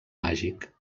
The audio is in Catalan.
màgic